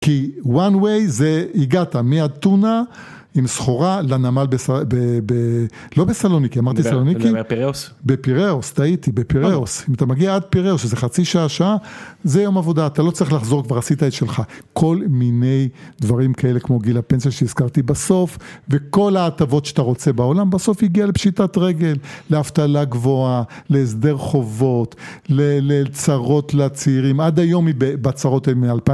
כי one way זה, הגעת מאתונה עם סחורה לנמל, לא בסלוניקי, אמרתי סלוניקי? אתה מדבר על פיראוס? בפיראוס, טעיתי, בפיראוס. אם אתה מגיע עד פיראוס, איזה חצי שעה, שעה, זה יום עבודה, אתה לא צריך לחזור, כבר עשית את שלך. כל מיני דברים כאלה, כמו גיל הפנסיה שהזכרתי בסוף, וכל ההטבות שאתה רוצה בעולם, בסוף הגיע לפשיטת רגל, לאבטלה גבוהה, להסדר חובות, לצרות לצעירים, עד היום, היא בצרות מ-2000.